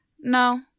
no